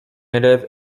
élève